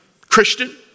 Christian